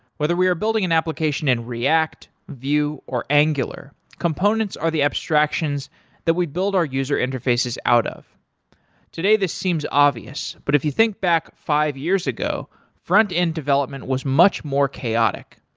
whether we are building an application in react, view or angular, components are the abstractions that we build our user interfaces out of today this seems obvious, but if you think back five years ago frontend development was much more chaotic.